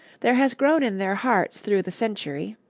there has grown in their hearts through the century,